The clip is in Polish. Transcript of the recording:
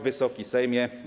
Wysoki Sejmie!